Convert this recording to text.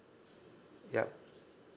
yup